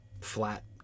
flat